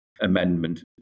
amendment